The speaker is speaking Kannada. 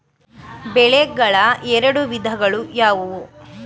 ಬೆಳೆಗಳ ಎರಡು ವಿಧಗಳು ಯಾವುವು?